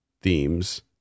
themes